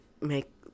make